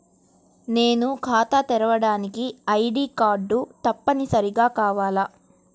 నేను ఖాతా తెరవడానికి ఐ.డీ కార్డు తప్పనిసారిగా కావాలా?